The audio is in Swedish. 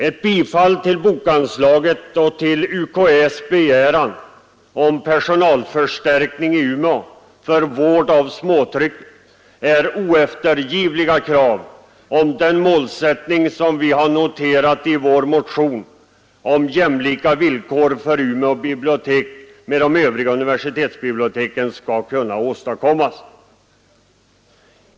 Ett bifall till bokanslaget och till UKÄ:s begäran om personalförstärkning i Umeå för vård av småtrycket är oeftergivliga krav, om den målsättning vi noterat i vår motion, om jämlika villkor för Umeåbiblioteket med de övriga universitetsbiblioteken, skall kunna åstadkommas.